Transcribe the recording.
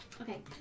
okay